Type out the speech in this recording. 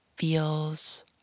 feels